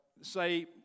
say